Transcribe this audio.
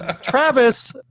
Travis